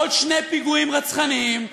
עוד שני פיגועים רצחניים,